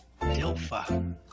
Dilfer